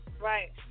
Right